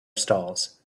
stalls